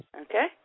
Okay